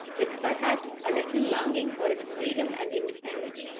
with, perhaps, a little longing for its freedom and independence,